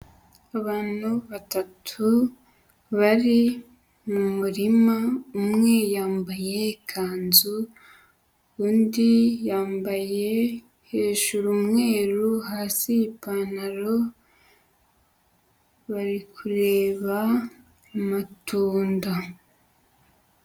Abantu batatu bari mu murima, umwe yambaye ikanzu, undi yambaye hejuru umweru, hasi ipantaro, bari kureba amatunda.